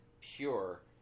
pure